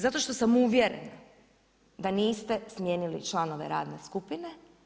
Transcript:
Zato što sam uvjerena, da niste smijenili članove radne skupine.